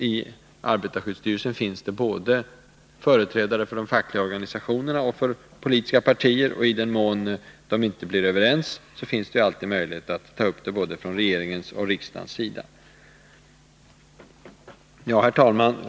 I arbetarskyddsstyrelsen finns företrädare såväl för de fackliga organisationerna som för politiska partier, och i den mån man inte blir överens finns det alltid möjlighet för både regeringen och riksdagen att ta upp saken. Herr talman!